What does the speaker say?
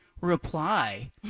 reply